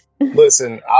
Listen